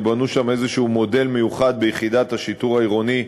ובנו שם איזה מודל מיוחד ביחידת השיטור העירוני,